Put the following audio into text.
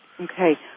Okay